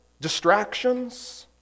distractions